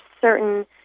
certain